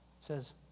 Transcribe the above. says